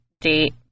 date